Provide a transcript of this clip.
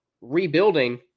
rebuilding –